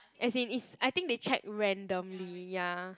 as in is I think they check randomly ya